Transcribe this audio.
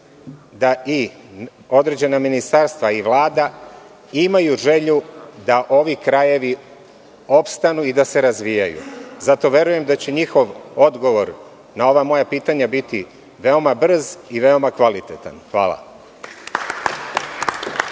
da i određena ministarstva i Vlada imaju želju da ovi krajevi opstanu i da se razvijaju. Zato verujem da će njihov odgovor na ova moja pitanja biti veoma brz i veoma kvalitetan. Hvala.